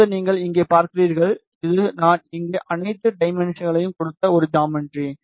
இப்போது நீங்கள் இங்கே பார்க்கிறீர்கள் இது நான் இங்கு அனைத்து டைமென்ஷனைகளையும் கொடுத்த ஒரு ஜாமெட்ரி